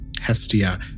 Hestia